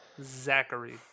Zachary